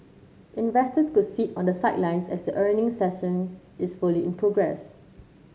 investors could sit on the sidelines as earnings is fully in progress